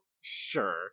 Sure